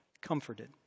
Comforted